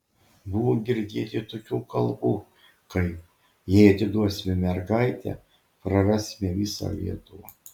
buvo girdėti tokių kalbų kaip jei atiduosime mergaitę prarasime visą lietuvą